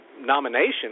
nomination